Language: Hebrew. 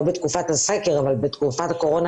לא בתקופת הסקר אבל בתקופת הקורונה,